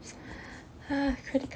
!huh! credit card